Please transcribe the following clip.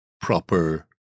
proper